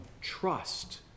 Trust